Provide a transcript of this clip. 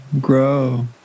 grow